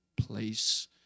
place